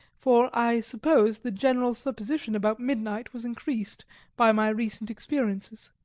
for i suppose the general superstition about midnight was increased by my recent experiences.